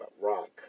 rock